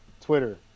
Twitter